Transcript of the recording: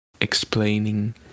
explaining